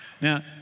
Now